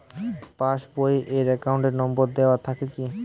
Pass বই এ account number দেওয়া থাকে কি?